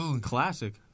classic